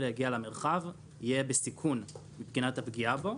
להגיע למרחב יהיה בסיכון מבחינת הפגיעה בו.